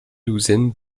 douzaine